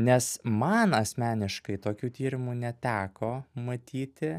nes man asmeniškai tokių tyrimų neteko matyti